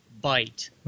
bite